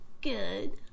Good